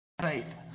faith